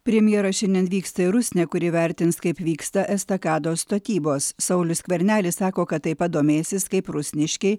premjeras šiandien vyksta į rusnę kur įvertins kaip vyksta estakados statybos saulius skvernelis sako kad taip pat domėsis kaip rusniškiai